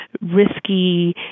risky